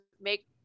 make